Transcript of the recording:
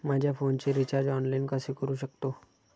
माझ्या फोनचे recharge online कसे करू शकतो?